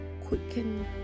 quicken